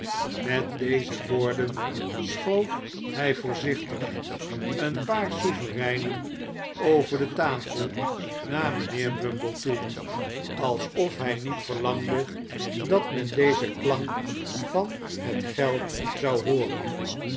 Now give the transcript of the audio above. met deze woorden schoof hij voorzkhtig een paar souvereinen over de ta el naar mijnheer bumble toe alsof hij niet verlangde dat men den klank van het geld zou hooren